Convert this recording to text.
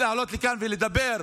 לעלות לכאן ולדבר,